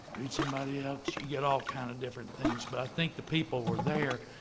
read somebody else. get all kinds of different things. but i think the people were there.